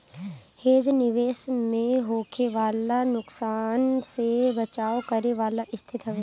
hedge निवेश में होखे वाला नुकसान से बचाव करे वाला स्थिति हवे